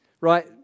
right